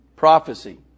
Prophecy